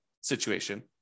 situation